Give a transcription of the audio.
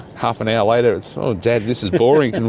half an hour later it's, oh dad, this is boring, and